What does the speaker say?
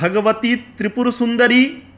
Bhagavati Tripurasundari